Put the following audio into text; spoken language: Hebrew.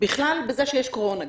בזה שיש קורונה.